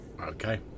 Okay